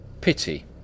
Pity